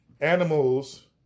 animals